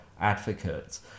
advocates